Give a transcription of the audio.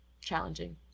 challenging